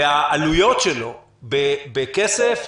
והעלויות שלו בכסף,